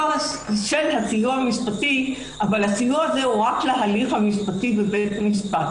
הסיוע הזה הוא רק להליך המשפטי בבית המשפט